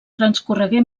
transcorregué